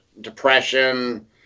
depression